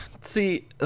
See